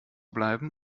bleiben